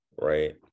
right